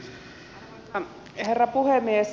arvoisa herra puhemies